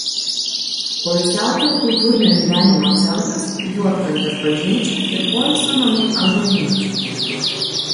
poilsiautojų kultūrinio gyvenimo centras juodkrantės bažnyčia ir poilsio namai ąžuolynas